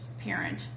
parent